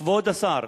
כבוד השר,